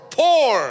poor